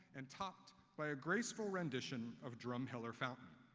and topped by a graceful rendition of drumheller fountain.